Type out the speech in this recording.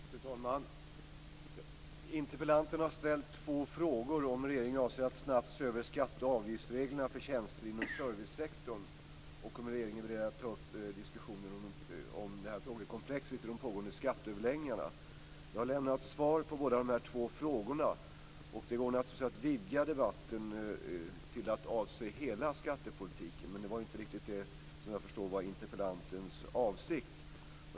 Fru talman! Interpellanten har ställt två frågor om huruvida regeringen avser att snabbt se över skatteoch avgiftsreglerna för tjänster inom servicesektorn och om regeringen är beredd att ta upp diskussionen om detta frågekomplex i de pågående skatteöverläggningarna. Jag har lämnat svar på båda dessa frågor. Det går naturligtvis att vidga debatten till att avse hela skattepolitiken, men såvitt jag förstår var det inte riktigt det som var interpellantens avsikt.